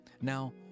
Now